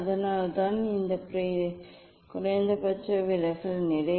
அதனால்தான் இது குறைந்தபட்ச விலகல் நிலை